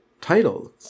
titles